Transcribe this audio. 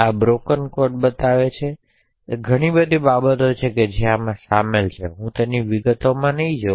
આ broken code બતાવે છે તેથી ઘણી બધી બાબતો છે જે શામેલ છે તેથી હું તેની વિગતોમાં જઈશ નહીં